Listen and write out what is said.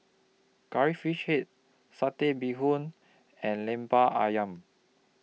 Curry Fish Head Satay Bee Hoon and Lemper Ayam